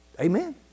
Amen